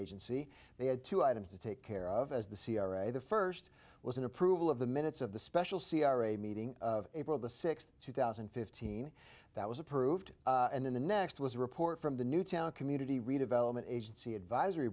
agency they had two items to take care of as the c r a the first was an approval of the minutes of the special c r a meeting of april the sixth two thousand and fifteen that was approved and then the next was a report from the newtown community redevelopment agency advisory